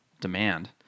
demand